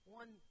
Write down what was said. one